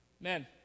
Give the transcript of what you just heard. Men